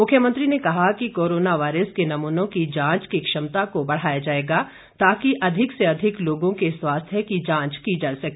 मुख्यमंत्री ने कहा कि कोरोना वायरस के नमूनों की जांच की क्षमता को बढ़ाया जाएगा ताकि अधिक से अधिक लोगों के स्वास्थ्य की जांच की जा सके